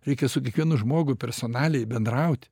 reikia su kiekvienu žmogu personaliai bendraut